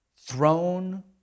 throne